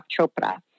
Chopra